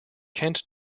kent